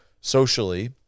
socially